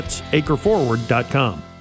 AcreForward.com